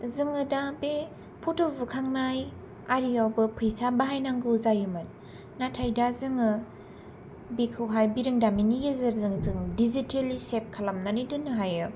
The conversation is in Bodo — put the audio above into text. जोङो दा बे फट' बुखांनाय आरियावबो फैसा बाहायनांगौ जायोमोन नाथाय दा जोङो बेखौहाय बिरोदामिननि गेजेरजों जों दिजिटेलि सेभ खालामनानै दोननो हायो